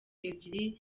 ebyiri